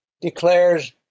declares